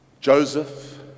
Joseph